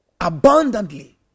Abundantly